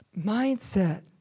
Mindset